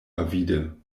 avide